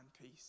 peace